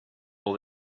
all